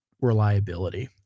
reliability